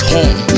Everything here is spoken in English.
home